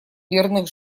мирных